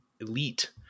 elite